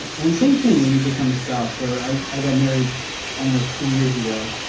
and same thing when you become a spouse ah i got married almost two years ago.